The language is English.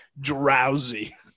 drowsy